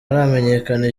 haramenyekana